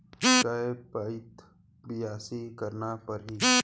के पइत बियासी करना परहि?